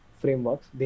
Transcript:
frameworks